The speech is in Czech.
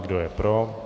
Kdo je pro?